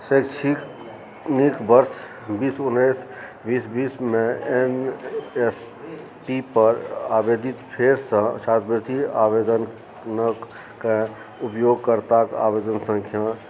शैक्षिकनिक वर्ष बीस उन्नैस बीस बीसमे एन एस पी पर आवेदित फेरसँ छात्रवृति आवेदनक कए उपयोगकर्ताक आवेदन सँख्या